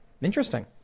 Interesting